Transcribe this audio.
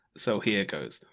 so here goes.